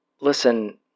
Listen